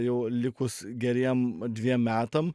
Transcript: jau likus geriem dviem metam